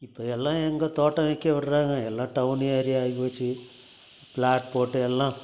இப்போ எல்லாம் எங்கே தோட்டம் வைக்க விடுறாங்க எல்லாம் டவுன் ஏரியா ஆயிபோச்சு பிளாட் போட்டு எல்லாம்